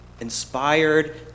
inspired